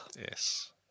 Yes